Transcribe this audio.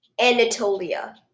Anatolia